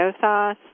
sauce